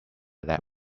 left